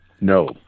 No